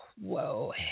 Whoa